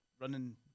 running